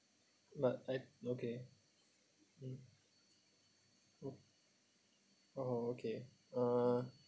but I okay mm oh oh okay uh